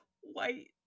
white